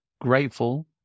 grateful